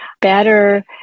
better